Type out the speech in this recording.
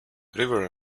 river